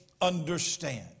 understand